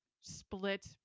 split